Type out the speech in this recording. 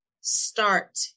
start